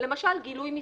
למשל גילוי מסמכים,